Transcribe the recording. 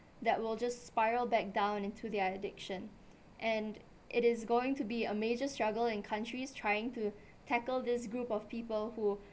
that will just spiral back down into their addiction and it is going to be a major struggle in countries trying to tackle this group of people who